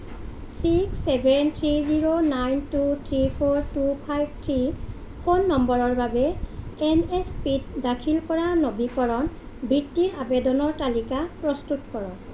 six seven three zero nine two three four two five three phone নম্বৰৰ বাবে N S পিত দাখিল কৰা নবীকৰণ বৃত্তিৰ আবেদনৰ তালিকা প্ৰস্তুত কৰক